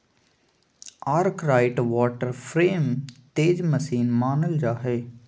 Arkwright water frame तेज machine मानल जा हई